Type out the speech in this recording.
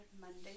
Monday